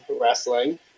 wrestling